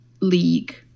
league